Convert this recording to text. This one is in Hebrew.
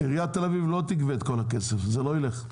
עיריית תל אביב לא תגבה את כל הכסף, זה לא ילך.